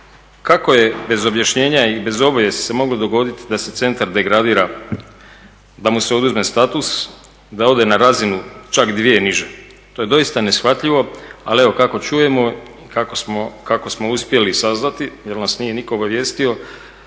kako je bez objašnjenja i bez obavijesti se mogu dogoditi da se centar degradira, da mu se oduzme status i da ode na razinu čak dvije niže. To je doista neshvatljivo, ali evo kako čujemo, kako smo uspjeli saznati jer nas nije nitko obavijestio,